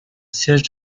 siège